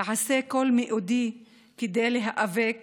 אעשה בכל מאודי כדי להיאבק